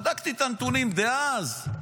בדקתי את הנתונים דאז.